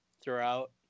throughout